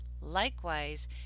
likewise